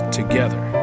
together